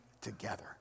together